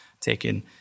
taken